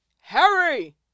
harry